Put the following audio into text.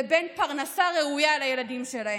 פרנסה ראויה לילדים שלהן.